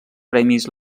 premis